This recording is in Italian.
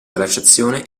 glaciazione